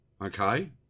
okay